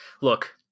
look